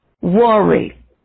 worry